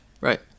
Right